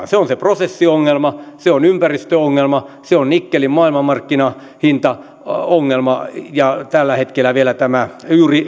se on se prosessiongelma se on ympäristöongelma se on nikkelin maailmanmarkkinahintaongelma ja tällä hetkellä vielä tämä